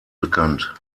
bekannt